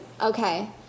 okay